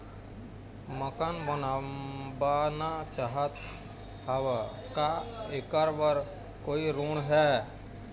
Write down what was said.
मकान बनवाना चाहत हाव, का ऐकर बर कोई ऋण हे?